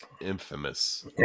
Infamous